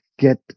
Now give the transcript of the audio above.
get